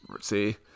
See